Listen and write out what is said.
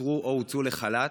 שפוטרו או הוצאו לחל"ת.